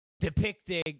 depicting